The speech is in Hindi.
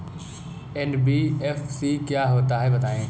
एन.बी.एफ.सी क्या होता है बताएँ?